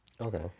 Okay